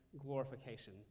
glorification